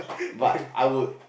but I would